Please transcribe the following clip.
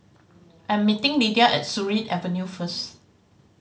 I am meeting Lydia at Surin Avenue first